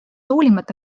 hoolimata